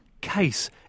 case